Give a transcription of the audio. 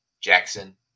Jackson